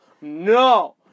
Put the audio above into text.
No